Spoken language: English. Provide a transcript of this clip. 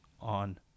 on